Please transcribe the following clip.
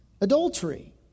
adultery